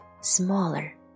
smaller